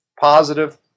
positive